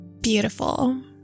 Beautiful